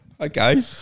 Okay